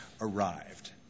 arrived